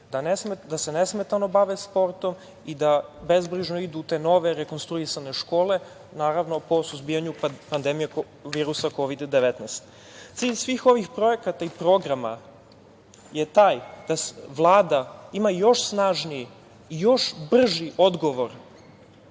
da se nesmetano bave sportom im da bezbrižno idu u te nove rekonstruisane škole, naravno po suzbijanju pandemije virusa Kovida – 19.Cilj svih ovih projekata i programa je taj da Vlada ima još snažniji i još brži odgovor